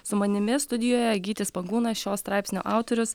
su manimi studijoje gytis pagūnas šio straipsnio autorius